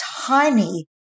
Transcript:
tiny